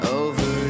over